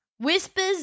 Whispers